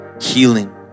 healing